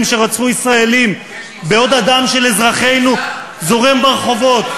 שרצחו ישראלים בעוד דמם של אזרחינו זורם ברחובות.